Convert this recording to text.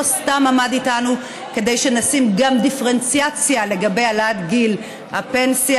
לא סתם עמד איתנו כדי שנשים גם דיפרנציאציה לגבי העלאת גיל הפנסיה.